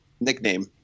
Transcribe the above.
Nickname